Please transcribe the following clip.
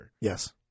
Yes